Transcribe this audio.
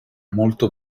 molto